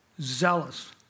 zealous